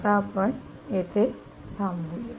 आता आपण इथे थांबूया